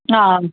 हा